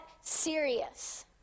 serious